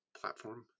platform